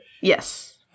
Yes